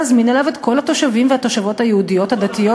להזמין אליו את כל התושבים והתושבות היהודיות הדתיות